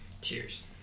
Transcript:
cheers